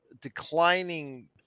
declining